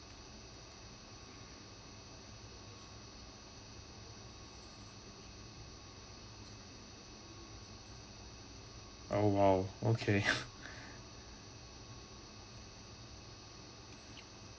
oh !wow! okay